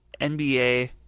NBA